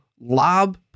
lob